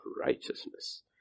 righteousness